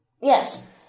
Yes